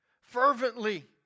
fervently